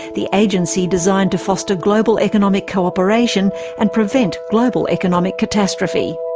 the agency designed to foster global economic co-operation and prevent global economic catastrophe.